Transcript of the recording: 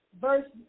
Verse